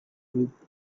with